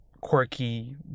quirky